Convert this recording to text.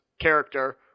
character